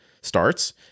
starts